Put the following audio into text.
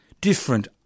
different